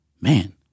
Man